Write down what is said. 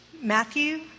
Matthew